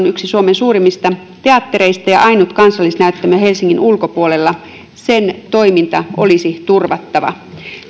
yksi suomen suurimmista teattereista ja ainut kansallisnäyttämö helsingin ulkopuolella sen toiminta olisi turvattava